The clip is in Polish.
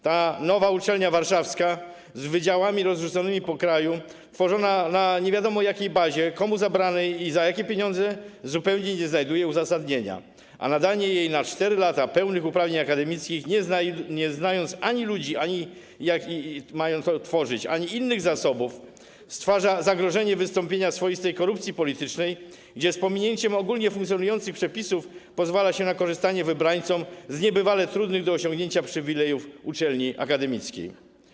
Ta nowa uczelnia warszawska z wydziałami rozrzuconymi po kraju, tworzona na nie wiadomo jakiej bazie, komu zabranej i za jakie pieniądze, zupełnie nie znajduje uzasadnienia, a nadanie jej na 4 lata pełnych uprawnień akademickich bez znajomości ludzi, którzy mają to tworzyć, ani innych zasobów stwarza zagrożenie wystąpienia swoistej korupcji politycznej, gdzie z pominięciem ogólnie funkcjonujących przepisów pozwala się na korzystanie wybrańcom z niebywale trudnych do osiągnięcia przywilejów uczelni akademickiej.